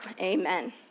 amen